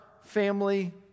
family